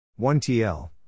1TL